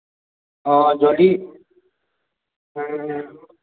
অ' যদি